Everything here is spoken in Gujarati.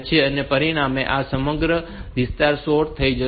તેથી તેના પરિણામે આ સમગ્ર વિસ્તાર સૉર્ટ થઈ જશે